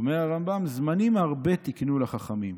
אומר הרמב"ם: "זמנים הרבה תקנו לה חכמים,